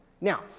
Now